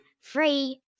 free